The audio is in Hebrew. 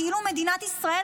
כאילו מדינת ישראל,